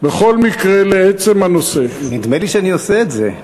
בכל מקרה, לעצם הנושא, נדמה לי שאני עושה את זה.